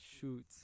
shoot